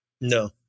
No